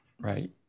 right